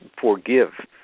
forgive